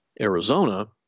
Arizona